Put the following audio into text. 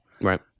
Right